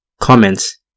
Comments